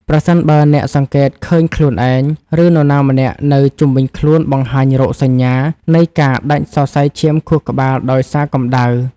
ប្រសិនបើអ្នកសង្កេតឃើញខ្លួនឯង ឬនរណាម្នាក់នៅជុំវិញខ្លួនបង្ហាញរោគសញ្ញានៃការដាច់សរសៃឈាមខួរក្បាលដោយសារកម្ដៅ។